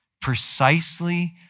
precisely